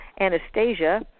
Anastasia